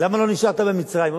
למה לא נשארת במצרים?